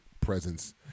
presence –